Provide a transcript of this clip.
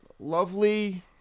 Lovely